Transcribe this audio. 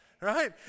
right